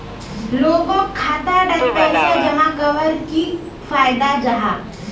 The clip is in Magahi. लोगोक खाता डात पैसा जमा कवर की फायदा जाहा?